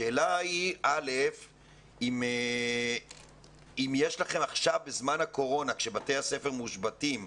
השאלה היא אם יש לכם עכשיו בזמן הקורונה כשבתי הספר מושבתים,